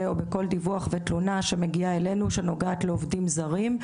או בכל דיווח ותלונה שמגיעים אלינו ונוגעים לעובדים זרים,